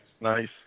Nice